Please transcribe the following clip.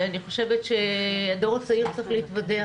ואני חושבת שהחברה הישראלית צריכה להתוודע,